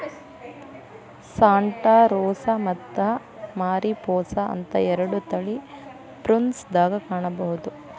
Santa Rosa ಮತ್ತ Mariposa ಅಂತ ಎರಡು ತಳಿ ಪ್ರುನ್ಸ್ ದಾಗ ಕಾಣಬಹುದ